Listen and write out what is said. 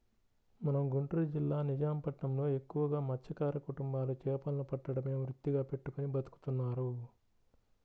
మన గుంటూరు జిల్లా నిజాం పట్నంలో ఎక్కువగా మత్స్యకార కుటుంబాలు చేపలను పట్టడమే వృత్తిగా పెట్టుకుని బతుకుతున్నారు